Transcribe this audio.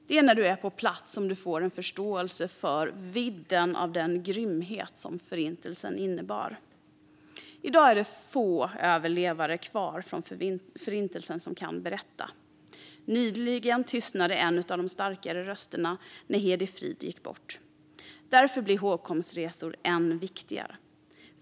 Det är när du är på plats som du får förståelse för vidden av den grymhet som Förintelsen innebar. I dag är det få överlevare kvar som kan berätta. När Hédi Fried nyligen gick bort tystnade en av de starkare rösterna. Därför blir hågkomstresor än viktigare.